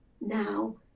now